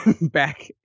back